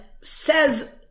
says